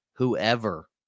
Whoever